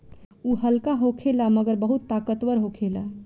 उ हल्का होखेला मगर बहुत ताकतवर होखेला